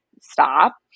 stop